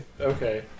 okay